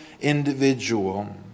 individual